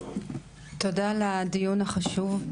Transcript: תודה על הדיון החשוב.